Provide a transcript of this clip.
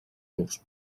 murs